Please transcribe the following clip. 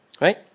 Right